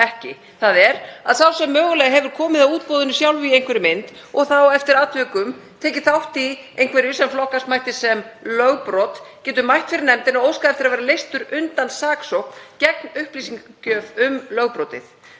ekki, þ.e. að sá sem mögulega hefur komið að útboðinu sjálfu í einhverri mynd, og þá eftir atvikum tekið þátt í einhverju sem flokkast mætti sem lögbrot, getur mætt fyrir nefndina og óskað eftir að verða leystur undan saksókn gegn upplýsingagjöf um lögbrotið.